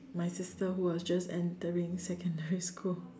my sister who was just entering secondary school